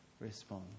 respond